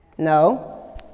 No